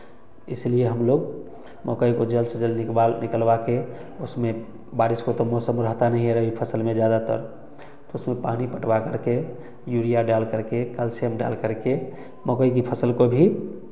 इसलिए हम लोग मकई को जल्द से जल्द निकलवा के उसमें बारिश हो तो मौसम रहता नहीं है रबी फ़सल में ज़्यादातर तो उसमें पानी पटवा करके यूरिया डाल करके कैल्शियम डालकर के मकई की फ़सल को भी